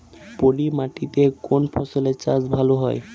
পলি মাটিতে কোন ফসলের চাষ ভালো হয়?